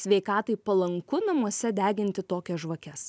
sveikatai palanku namuose deginti tokias žvakes